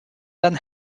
then